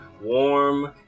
warm